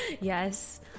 yes